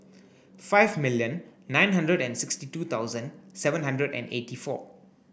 five million nine hundred and sixty two thousand seven hundred and eighty four